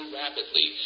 rapidly